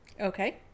Okay